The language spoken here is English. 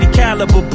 caliber